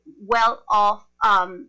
well-off